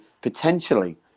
potentially